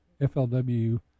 FLW